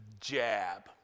jab